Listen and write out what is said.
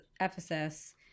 Ephesus